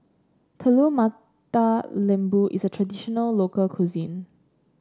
Telur Mata Lembu is a traditional local cuisine